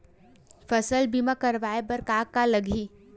फसल बीमा करवाय बर का का लगही?